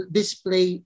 display